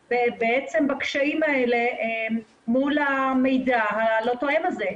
בקשיים האלה מול המידע הלא תואם הזה.